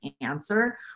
answer